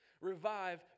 Revive